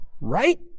right